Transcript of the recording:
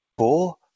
four